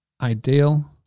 ideal